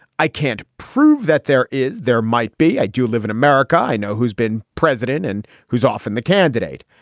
i can't prove that there is. there might be. i do live in america. i know who's been president and who's often the candidate.